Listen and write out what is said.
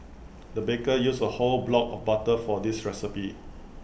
the baker used A whole block of butter for this recipe